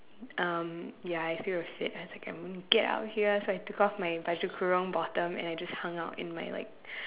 um ya I still threw a fit and like I'm get out of here so I took off my baju kurung bottom and I just hung out in my like